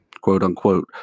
quote-unquote